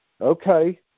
Okay